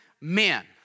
men